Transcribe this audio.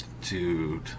Dude